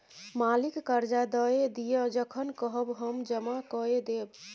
मालिक करजा दए दिअ जखन कहब हम जमा कए देब